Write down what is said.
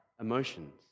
emotions